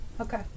Okay